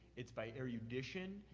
it's by erudition.